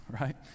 right